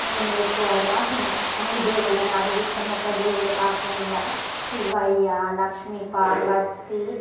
మేము ఎక్కువగా హి అన్ని దేవుళ్ళని ఆరాధిస్తాము ఒక దేవుడే కాకుండా శివయ్య లక్ష్మీ పార్వతి